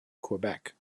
quebec